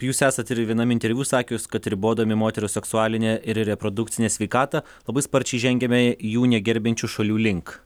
jūs esat ir vienam interviu sakius kad ribodami moterų seksualinę ir reprodukcinę sveikatą labai sparčiai žengiame į jų negerbiančių šalių link